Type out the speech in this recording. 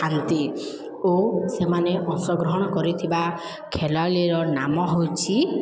ଥାନ୍ତି ଓ ସେମାନେ ଅଂଶଗ୍ରହଣ କରିଥିବା ଖେଳାଳିର ନାମ ହେଉଛିି